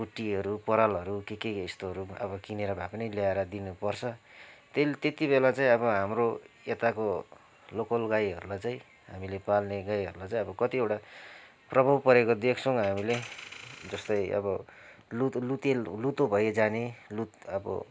कुटीहरू परालहरू के के यस्तोहरू अब किनेर भएपनि ल्याएर दिनुपर्छ त्यही त्यति बेला चाहिँ हाम्रो यताको लोकल गाईहरूलाई चाहिँ हामीले पाल्ने गाईहरूलाई चाहिँ कतिवटा प्रभाव परेको देख्छौँ हामीले जस्तै अब लुते लुतो लुतो भइजाने लुत् अब